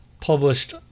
published